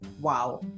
wow